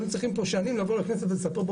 היינו צריכים פה שנים לבוא לכנסת ולספר פה